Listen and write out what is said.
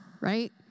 right